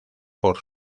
por